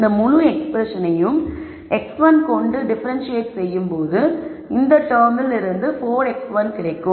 இந்த முழு எக்ஸ்பிரஸனையும் x1 கொண்டு டிஃபரெண்ட்சியேட் செய்யும் போது இந்த டெர்மில் இருந்து 4x1 கிடைக்கும்